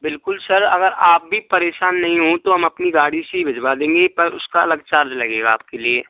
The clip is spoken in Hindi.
बिलकुल सर अगर आप भी परेशान नहीं हों तो हम अपनी गाड़ी से भिजवा देंगे पर उसका अलग चार्ज लगेगा आपके लिए